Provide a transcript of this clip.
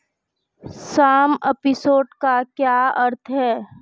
सम assured का क्या अर्थ है?